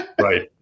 right